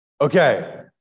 Okay